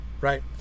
right